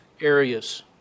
areas